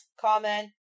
comment